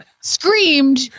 screamed